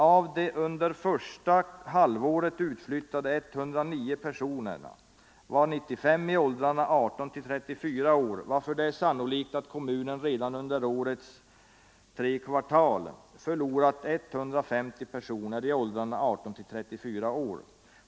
Av de under första halvåret utflyttade 109 personerna var 95 i åldrarna 18-34 år varför det är sannolikt att kommunen redan under årets 1-3 kvartal förlorat 150 personer i åldrarna 18-34 år.